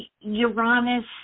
Uranus